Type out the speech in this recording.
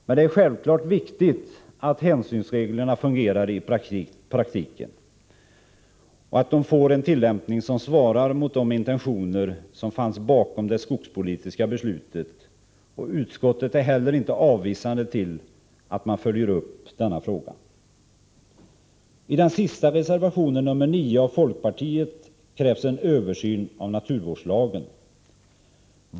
Men det är självfallet viktigt att hänsynsreglerna fungerar i praktiken och att de får en tillämpning som svarar mot de intentioner som fanns bakom det skogspolitiska beslutet, och utskottet är inte heller avvisande till att man följer upp denna fråga. I den sista reservationen, nr 9, av folkpartiet krävs en översyn av naturvårdslagen.